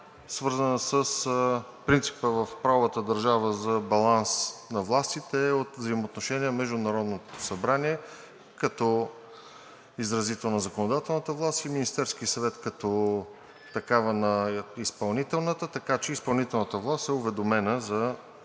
свързана с принципа в правовата държава за баланс на властите, е от взаимоотношенията между Народното събрание като изразител на законодателната власт и Министерския съвет като такава на изпълнителната, така че изпълнителната власт е уведомена за